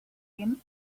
him